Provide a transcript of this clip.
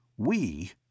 We